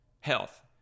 health